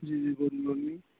جی جی بولیے بولیے